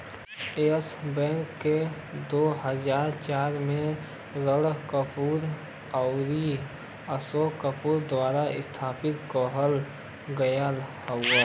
yes Bank के दू हज़ार चार में राणा कपूर आउर अशोक कपूर द्वारा स्थापित किहल गयल रहल